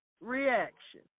reaction